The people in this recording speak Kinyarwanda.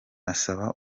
asaba